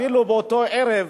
אפילו באותו ערב,